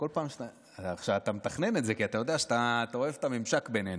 אתה מתכנן את זה כי אתה אוהב את הממשק בינינו.